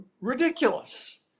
ridiculous